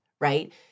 right